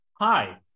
hi